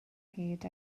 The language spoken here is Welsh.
hyd